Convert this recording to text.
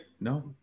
No